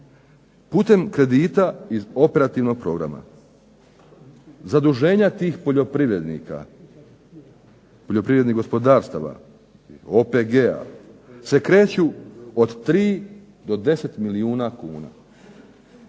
putem kredita iz operativnog programa. Zaduženja tih poljoprivrednika, poljoprivrednih gospodarstava, OPG-a se kreću od 3 do 10 milijuna kuna.